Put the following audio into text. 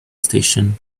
station